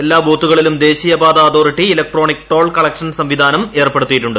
എല്ലാ ബൂത്തുകളിലും ദേശീയ ഫ്റ്ത്ത് അതോറിറ്റി ഇലക്ട്രോണിക് ടോൾ കളക്ഷൻ സംവിധാനം ഏർപ്പെടുത്തിയിട്ടുണ്ട്